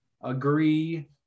agree